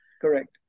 Correct